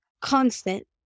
constant